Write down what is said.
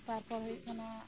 ᱛᱟᱨᱯᱚᱨ ᱦᱳᱭᱳᱜ ᱠᱟᱱᱟ